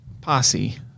posse